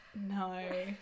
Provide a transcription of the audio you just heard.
No